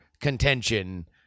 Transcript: contention